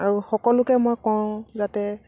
আৰু সকলোকে মই কওঁ যাতে